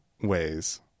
ways